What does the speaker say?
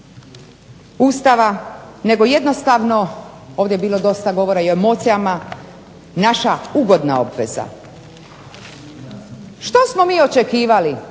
nego jednostavno ovdje je bilo dosta govora i o emocijama, naša ugodna obveza. Što smo mi očekivali